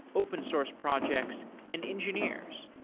open source projects and engineers.